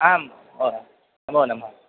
आम् ओहो नमो नमः